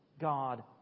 God